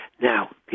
Now